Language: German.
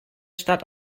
stadt